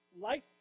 Life